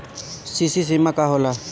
CC सीमा का होला?